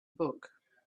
book